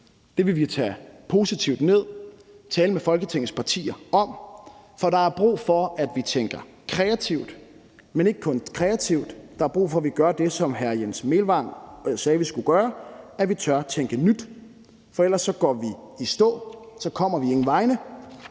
Det vil vi tage positivt ned og tale med Folketingets partier om. For der er brug for, at vi tænker kreativt, men ikke kun kreativt. Der er brug for, at vi gør det, som hr. Jens Meilvang sagde, vi skulle gøre, nemlig at vi tør tænke nyt. For ellers går vi i stå, og så kommer vi ingen vegne,